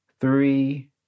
three